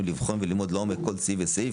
לבחון וללמוד לעומק כל סעיף וסעיף